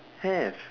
have